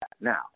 Now